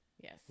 Yes